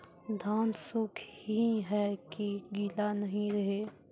धान सुख ही है की गीला नहीं रहे?